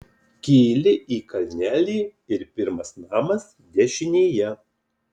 kyli į kalnelį ir pirmas namas dešinėje